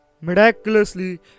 miraculously